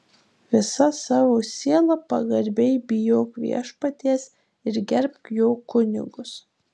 visa savo siela pagarbiai bijok viešpaties ir gerbk jo kunigus